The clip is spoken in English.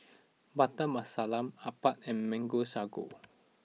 Butter Masala Appam and Mango Sago